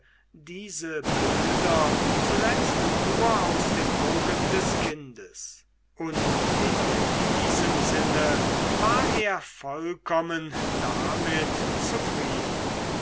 diese bilder zuletzt nur aus den augen des kindes und in diesem sinne war er vollkommen damit zufrieden